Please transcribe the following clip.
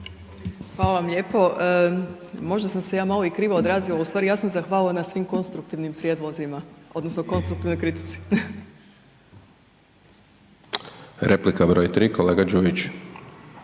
Hvala vam lijepo. Možda sam se ja malo i krivo odrazila, ustvari, ja sam zahvalila na svim konstruktivnim prijedlozima odnosno konstruktivnoj kritici. **Hajdaš Dončić,